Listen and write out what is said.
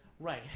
Right